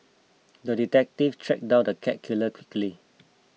the detective tracked down the cat killer quickly